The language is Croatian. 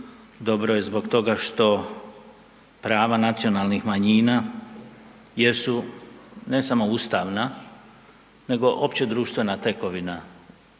dobro je zbog toga što prava nacionalnih manjina jesu ne samo ustavna nego opće društvena tekovina